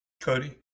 Cody